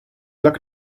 luck